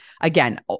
again